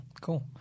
Cool